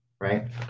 right